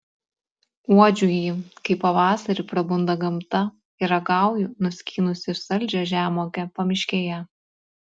uodžiu jį kai pavasarį prabunda gamta ir ragauju nuskynusi saldžią žemuogę pamiškėje